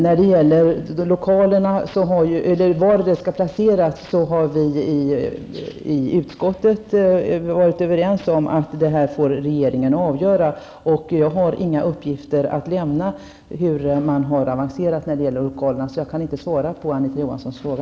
När det gäller var lokalerna skall placeras har vi i utskottet varit överens om att regeringen får avgöra detta. Jag har inga uppgifter att lämna om hur man har avancerat i frågan om lokalerna, så jag kan inte svara på Anita Johansson fråga.